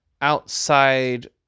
outside